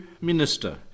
minister